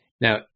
now